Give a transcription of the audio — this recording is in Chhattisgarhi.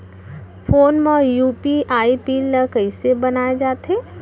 फोन म यू.पी.आई पिन ल कइसे बनाये जाथे?